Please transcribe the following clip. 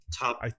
top